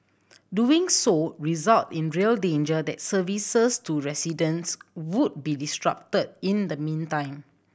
doing so result in a real danger that services to residents would be disrupted in the meantime